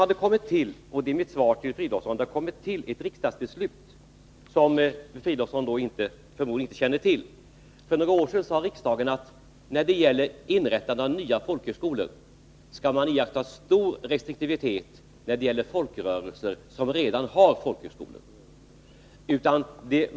Mitt svar till Filip Fridolfsson är att det har kommit till ett riksdagsbeslut som han förmodligen inte känner till. För några år sedan sade riksdagen att när det gäller inrättande av nya folkhögskolor skall man iaktta stor restriktivitet beträffande folkrörelser som redan har folkhögskolor.